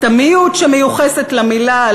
סתמיות שמיוחסת למילה,